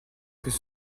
peut